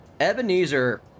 Ebenezer